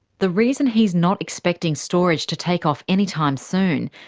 the reason he's not expecting storage to take off anytime soon,